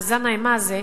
מאזן האימה הזה,